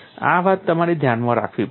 આ વાત તમારે ધ્યાનમાં રાખવી પડશે